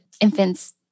infants